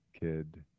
kid